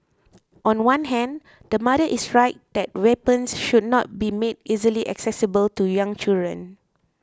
on one hand the mother is right that weapons should not be made easily accessible to young children